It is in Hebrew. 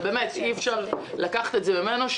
אי אפשר לקחת את זה ממנו.